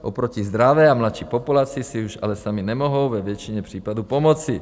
Oproti zdravé a mladší populaci si už ale sami nemohou ve většině případů pomoci.